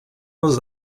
was